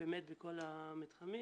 באמת בכל המתחמים,